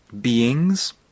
beings